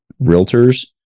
realtors